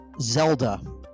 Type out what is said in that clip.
Zelda